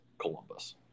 Columbus